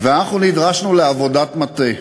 ואנחנו נדרשנו לעבודת מטה.